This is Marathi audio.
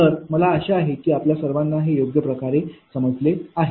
तर मला आशा आहे की आपल्या सर्वांना हे योग्य प्रकारे समजले आहे